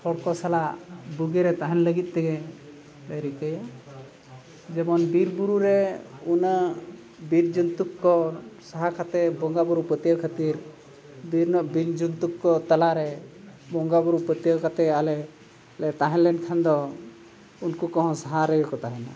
ᱦᱚᱲ ᱠᱚ ᱥᱟᱞᱟᱜ ᱵᱩᱜᱤᱨᱮ ᱛᱟᱦᱮᱱ ᱞᱟᱹᱜᱤᱫ ᱛᱮᱜᱮᱞᱮ ᱨᱤᱠᱟᱹᱭᱟ ᱡᱮᱢᱚᱱ ᱵᱤᱨ ᱵᱩᱨᱩᱨᱮ ᱩᱱᱟᱹᱜ ᱵᱤᱨ ᱡᱚᱱᱛᱩ ᱠᱚ ᱥᱟᱦᱟ ᱠᱟᱛᱮ ᱵᱚᱸᱜᱟ ᱵᱩᱨᱩ ᱯᱟᱹᱛᱤᱭᱟᱹᱣ ᱠᱷᱟᱹᱛᱤᱨ ᱫᱤᱱ ᱵᱤᱱ ᱡᱩᱱᱛᱨᱩ ᱠᱚ ᱛᱟᱞᱟᱨᱮ ᱵᱚᱸᱜᱟ ᱵᱩᱨᱩ ᱯᱟᱹᱛᱤᱭᱟᱹᱣ ᱠᱟᱛᱮᱜ ᱟᱞᱮᱞᱮ ᱛᱟᱦᱮᱸ ᱞᱮᱱᱠᱷᱟᱱ ᱫᱚ ᱩᱱᱠᱩ ᱠᱚᱦᱚᱸ ᱥᱟᱦᱟ ᱨᱮᱜᱮ ᱠᱚ ᱛᱟᱦᱮᱱᱟ